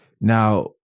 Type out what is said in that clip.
Now